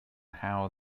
how